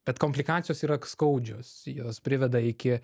bet komplikacijos yra skaudžios jos priveda iki